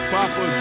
Papa